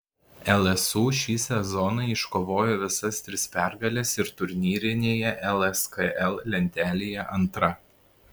lsu šį sezoną iškovojo visas tris pergales ir turnyrinėje lskl lentelėje antra